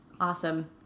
Awesome